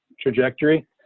trajectory